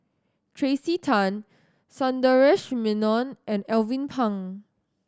Tracey Tan Sundaresh Menon and Alvin Pang